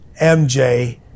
MJ